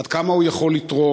עד כמה הוא יכול לתרום.